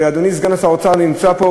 ואדוני סגן השר נמצא פה,